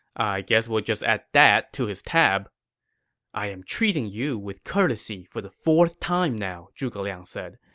i guess we'll just add that to his tab i am treating you with courtesy for the fourth time now, zhuge liang said.